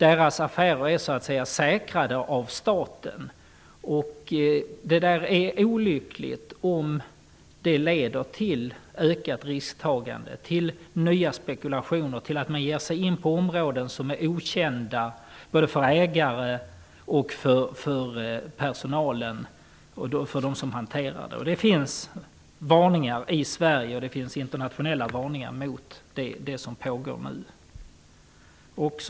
Deras affärer är så att säga säkrade av staten, och det är olyckligt om det leder till ökat risktagande, till nya spekulationer och till att man ger sig in på områden som är okända både för ägare och dem som hanterar det. Det finns varningar, både i Sverige och internationellt, för det som pågår nu.